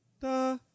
da